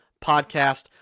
podcast